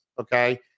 okay